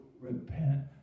repent